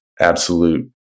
absolute